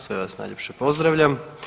Sve vas najljepše pozdravljam.